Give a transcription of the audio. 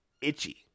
itchy